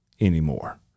anymore